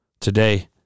Today